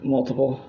Multiple